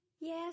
Yes